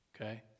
Okay